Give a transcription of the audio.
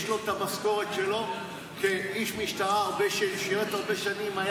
יש לו את המשכורת שלו כאיש משטרה ששירת הרבה שנים.